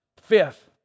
Fifth